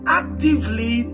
actively